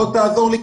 אם אתה מוכן,